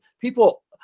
people